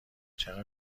چقدر